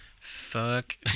Fuck